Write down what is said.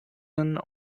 not